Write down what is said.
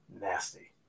nasty